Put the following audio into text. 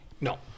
No